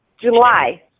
July